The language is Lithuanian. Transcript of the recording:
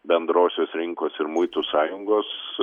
bendrosios rinkos ir muitų sąjungos